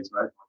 right